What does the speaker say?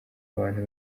abantu